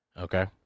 Okay